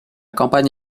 campagne